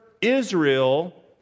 Israel